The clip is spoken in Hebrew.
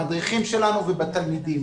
במדריכים שלנו ובתלמידים.